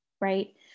right